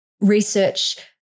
research